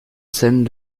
scène